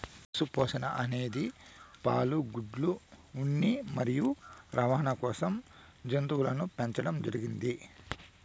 పశు పోషణ అనేది పాలు, గుడ్లు, ఉన్ని మరియు రవాణ కోసం జంతువులను పెంచండం జరిగింది